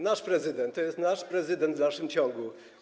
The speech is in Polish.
Nasz prezydent, to jest nasz prezydent w dalszym ciągu.